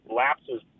lapses